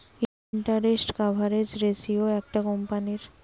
interest coverage ratio একটা কোম্পানীর